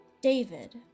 David